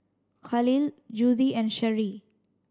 Khalil Judi and Sherri